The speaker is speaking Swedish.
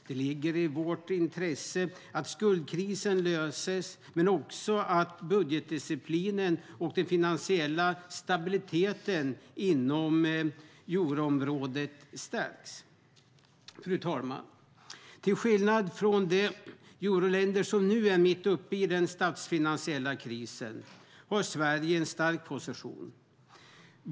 Det ligger i vårt intresse att skuldkrisen löses men också att budgetdisciplinen och den finansiella stabiliteten i euroområdet stärks. Fru talman! Till skillnad från de euroländer som är mitt uppe i den statsfinansiella krisen har Sverige en stark position.